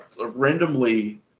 randomly